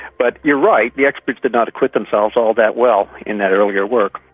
but you're right, the experts did not acquit themselves all that well in that earlier work.